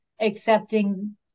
accepting